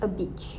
a beach